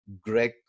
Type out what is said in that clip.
Greg